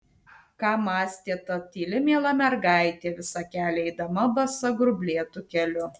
ką mąstė ta tyli miela mergaitė visą kelią eidama basa grublėtu keliu